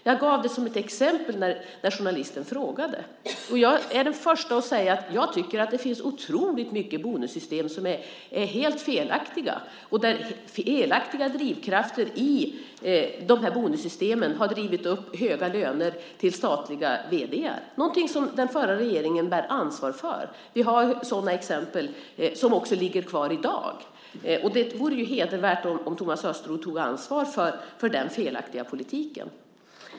Jag gav det som ett exempel när journalisten frågade. Jag är den första att säga att jag tycker att det finns otroligt mycket bonussystem som är helt felaktiga och att felaktiga drivkrafter i dessa bonussystem har drivit upp höga löner till statliga vd:ar - någonting som den förra regeringen bär ansvar för. Vi har sådana exempel, som också ligger kvar i dag. Det vore hedervärt om Thomas Östros tog ansvar för den felaktiga politiken.